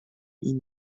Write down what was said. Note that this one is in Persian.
این